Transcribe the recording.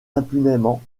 impunément